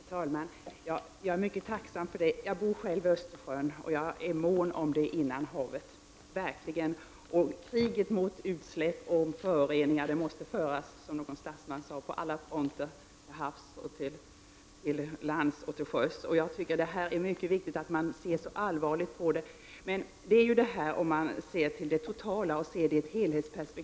Herr talman! Jag är mycket tacksam för här gjorda uttalanden. Jag bor själv vid Östersjön och är verkligen mån om det innanhavet. Kriget mot utsläppen och föroreningarna måste föras, som någon statsman sagt, på alla fronter — till havs, till lands och till sjöss. Det är alltså mycket viktigt att man ser allvarligt på dessa saker. Det gäller också att se till helheten.